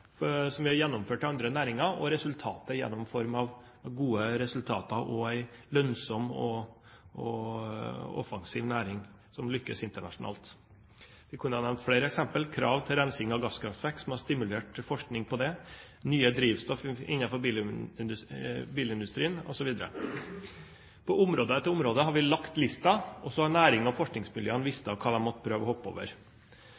som har vært gjennomført i andre næringer, og resultatet i form av god konkurranseevne og en lønnsom og offensiv næring som lykkes internasjonalt. Jeg kunne ha nevnt flere eksempler: krav til rensing av gasskraftverk, som har stimulert forskning på det, nye drivstoff innenfor bilindustrien osv. På område etter område har vi lagt lista, og så har nærings- og forskningsmiljøene